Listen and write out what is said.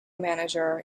manager